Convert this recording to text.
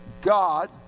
God